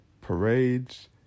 parades